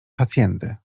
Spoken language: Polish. hacjendy